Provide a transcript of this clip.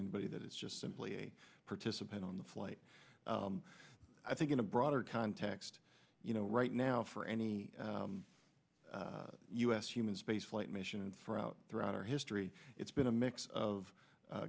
anybody that is just simply a participant on the flight i think in a broader context you know right now for any u s human spaceflight mission and for out throughout our history it's been a mix of